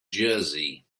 jersey